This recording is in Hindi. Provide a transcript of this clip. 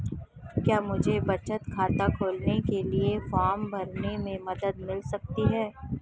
क्या मुझे बचत खाता खोलने के लिए फॉर्म भरने में मदद मिल सकती है?